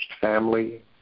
family